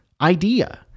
idea